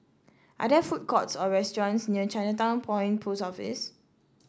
are there food courts or restaurants near Chinatown Point Post Office